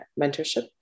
mentorship